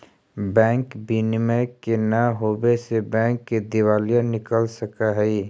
bank विनियम के न होवे से बैंक के दिवालिया निकल सकऽ हइ